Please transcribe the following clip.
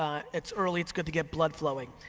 um it's early, it's good to get blood flowing.